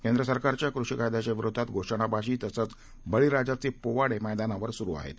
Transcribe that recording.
केंद्रसरकारच्याकृषीकायद्याच्याविरोधातघोषणाबाजीतसंचबळीराजाचेपोवाडेमध्यानावरसुरूआहेत